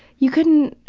you couldn't